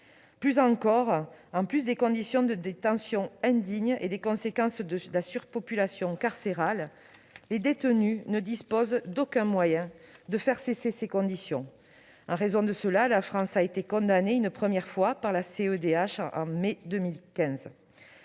plus de subir des conditions de détention indignes et de souffrir des conséquences de la surpopulation carcérale, les détenus ne disposent d'aucun moyen de les faire cesser. En raison de cela, la France a été condamnée une première fois par la CEDH en mai 2015.